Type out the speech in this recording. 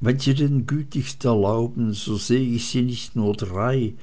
wenn sie es denn gütigst erlauben so sehe ich sie nicht nur dreifach